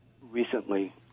Recently